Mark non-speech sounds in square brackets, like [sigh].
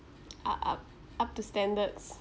[noise] uh up up to standards